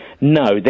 No